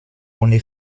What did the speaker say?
ohne